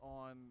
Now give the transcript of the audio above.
on